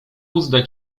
uzdę